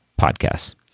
podcasts